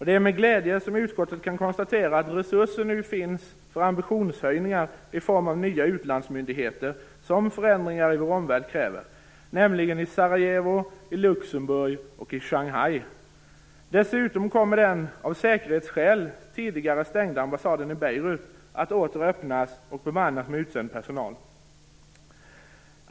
Det är med glädje som utskottet kan konstatera att resurser nu finns för ambitionshöjningar i form av nya utlandsmyndigheter som förändringar i vår omvärld kräver, nämligen i Sarajevo, Luxemburg och Shanghai. Dessutom kommer den av säkerhtsskäl tidigare stängda ambassaden i Beirut att åter öppnas och bemannas med utsänd personal.